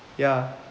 ya